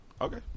Okay